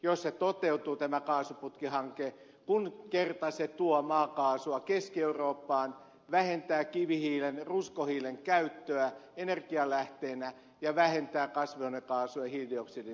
jos tämä kaasuputkihanke toteutuu kun kerta se tuo maakaasua keski eurooppaan niin se vähentää kivihiilen ruskohiilen käyttöä energialähteenä ja vähentää kasvihuonekaasujen ja hiilidioksidin syntyä